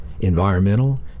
environmental